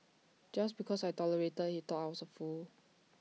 just because I tolerated he thought I was A fool